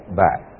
back